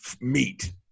meat